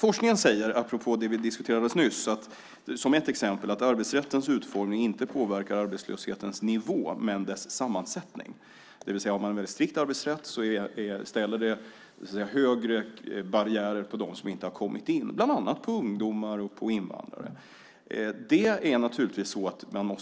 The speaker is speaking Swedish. Forskningen säger, apropå det vi diskuterade nyss, som ett exempel att arbetsrättens utformning inte påverkar arbetslöshetens nivå men dess sammansättning. Har man en strikt arbetsrätt ställs det alltså upp högre barriärer för dem som inte har kommit in, bland annat ungdomar och invandrare. Man måste naturligtvis